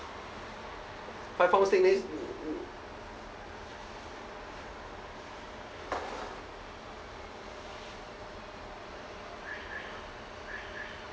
five pound